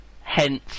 Hence